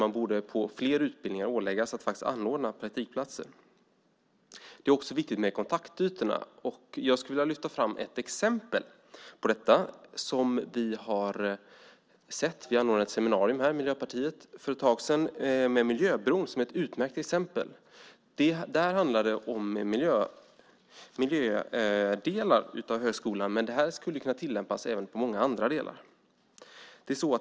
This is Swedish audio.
Man borde på fler utbildningar åläggas att anordna praktikplatser. Det är också viktigt med kontaktytorna. Jag skulle vilja lyfta fram ett exempel på detta som vi har sett. Miljöpartiet ordnade ett seminarium för ett tag sedan, Miljöbron. Det är ett utmärkt exempel. Här handlar det om miljödelar i högskolan, men det skulle kunna tillämpas på många andra delar.